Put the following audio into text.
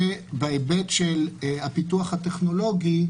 ובהיבט של הפיתוח הטכנולוגי,